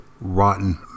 rotten